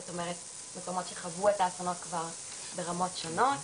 זאת אומרת מקומות שחוו את הדברים ברמות שונות.